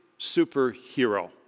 superhero